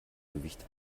gewicht